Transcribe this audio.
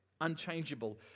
unchangeable